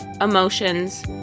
emotions